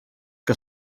que